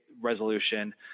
resolution